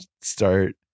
start